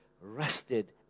rested